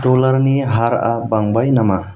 डलारनि हारआ बांबाय नामा